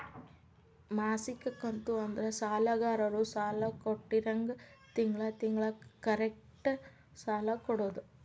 ಮಾಸಿಕ ಕಂತು ಅಂದ್ರ ಸಾಲಗಾರರು ಸಾಲ ಕೊಟ್ಟೋರ್ಗಿ ತಿಂಗಳ ತಿಂಗಳ ಕರೆಕ್ಟ್ ಸಾಲ ಕೊಡೋದ್